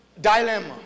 dilemma